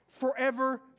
forever